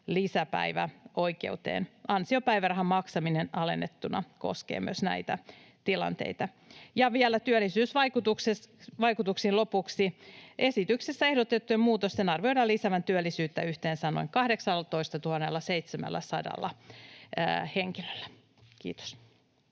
lisäpäiväoikeuteen. Ansiopäivärahan maksaminen alennettuna koskee myös näitä tilanteita. Ja vielä työllisyysvaikutuksiin lopuksi. Esityksessä ehdotettujen muutosten arvioidaan lisäävän työllisyyttä yhteensä noin 18 700 henkilöllä. — Kiitos.